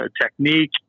technique